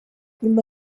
nyuma